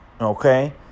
okay